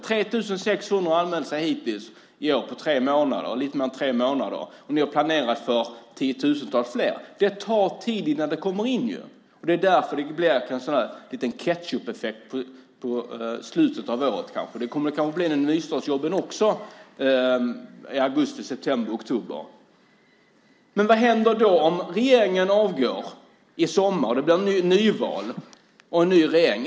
3 600 har anmält sig hittills på lite mer än tre månader, och ni har planerat för 10 000-tals fler. Det tar tid innan det kommer i gång. Det är därför det kan bli något av en ketchupeffekt i slutet av året. Det kommer det kanske att bli med nystartsjobben också i augusti, september eller oktober. Men vad händer då om regeringen avgår i sommar och det blir nyval och en ny regering?